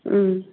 उम्